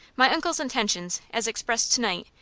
my uncle's intentions, as expressed to-night,